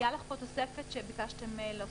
הייתה פה תוספת שביקשת להוסיף: